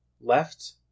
left